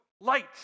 Light